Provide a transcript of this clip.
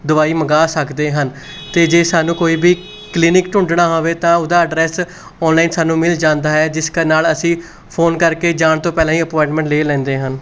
ਦਵਾਈ ਮੰਗਾ ਸਕਦੇ ਹਾਂ ਅਤੇ ਜੇ ਸਾਨੂੰ ਕੋਈ ਵੀ ਕਲੀਨਿਕ ਢੂੰਡਣਾ ਹੋਵੇ ਤਾਂ ਉਹਦਾ ਐਡਰੈੱਸ ਔਨਲਾਈਨ ਸਾਨੂੰ ਮਿਲ ਜਾਂਦਾ ਹੈ ਜਿਸ ਦੇ ਨਾਲ ਅਸੀਂ ਫੋਨ ਕਰਕੇ ਜਾਣ ਤੋਂ ਪਹਿਲਾਂ ਹੀ ਅਪੁਆਇੰਟਮੈਂਟ ਲੈ ਲੈਂਦੇ ਹਨ